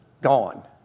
gone